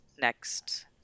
next